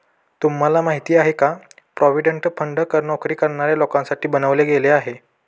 तुम्हाला माहिती आहे का? प्रॉव्हिडंट फंड नोकरी करणाऱ्या लोकांसाठी बनवले गेले आहे